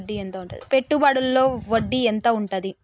పెట్టుబడుల లో వడ్డీ ఎంత ఉంటది?